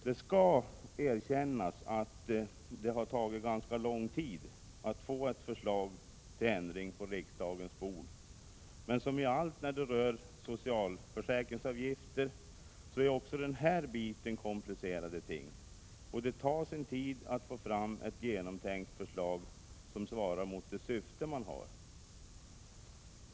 Det skall erkännas att det har tagit ganska lång tid att få ett förslag till ändring på riksdagens bord, men som alltid när det gäller socialförsäkringsavgifter är också detta komplicerade ting, och det tar sin tid att få fram ett genomtänkt förslag som svarar mot det syfte man har.